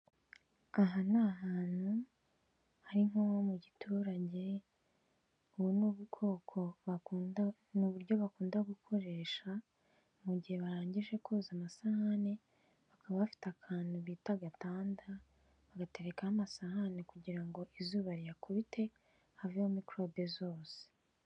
Aha ni ahantu hari nko mu giturange ubu ni ubwoko bakunda ni uburyo bakunda gukoresha mu gihe barangije koza amasahani bakaba bafite akantu bita agatanda bagaterekaho amasahani kugira ngo izuba riyakubite haveho mikorobe zose.